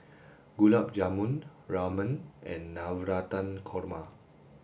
Gulab Jamun Ramen and Navratan Korma